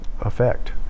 effect